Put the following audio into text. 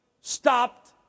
stopped